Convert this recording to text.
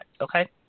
Okay